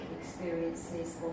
experiences